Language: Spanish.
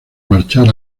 marchar